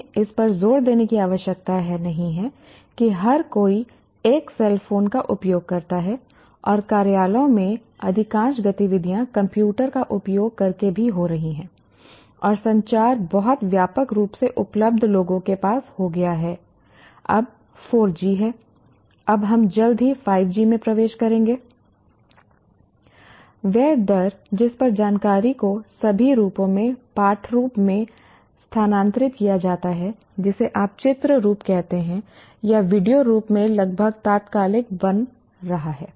हमें इस पर जोर देने की आवश्यकता नहीं है कि हर कोई एक सेल फोन का उपयोग करता है और कार्यालयों में अधिकांश गतिविधियां कंप्यूटर का उपयोग करके भी हो रही हैं और संचार बहुत व्यापक रूप से उपलब्ध लोगों के पास हो गया है अब 4 G है अब हम जल्द ही 5G में प्रवेश करेंगे वह दर जिस पर जानकारी को सभी रूपों के पाठ रूप में स्थानांतरित किया जाता है जिसे आप चित्र रूप कहते हैं या वीडियो रूप में लगभग तात्कालिक बन रहा है